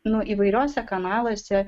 nu įvairiuose kanaluose